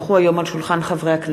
כי הונחו היום על שולחן הכנסת,